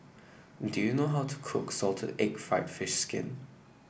do you know how to cook Salted Egg fried fish skin